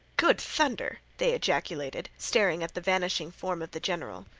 good thunder! they ejaculated, staring at the vanishing form of the general.